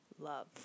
Love